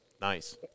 Nice